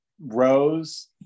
Rose